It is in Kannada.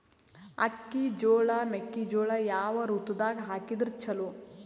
ಅಕ್ಕಿ, ಜೊಳ, ಮೆಕ್ಕಿಜೋಳ ಯಾವ ಋತುದಾಗ ಹಾಕಿದರ ಚಲೋ?